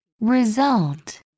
result